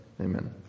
amen